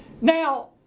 Now